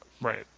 Right